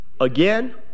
again